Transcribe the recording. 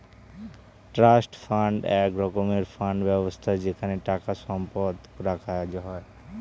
trust fund এক রকমের fund ব্যবস্থা যেখানে টাকা সম্পদ রাখা হয়